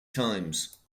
times